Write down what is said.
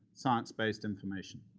science based information.